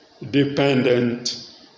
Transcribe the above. Dependent